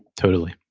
totally.